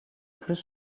plus